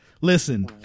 Listen